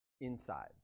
Inside